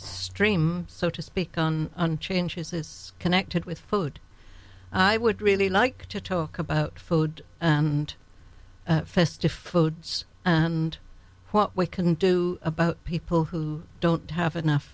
stream so to speak on changes it's connected with food i would really like to talk about food and festive foods and what we can do about people who don't have enough